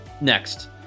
Next